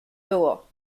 było